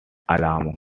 alamo